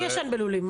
מי ישן בלולים?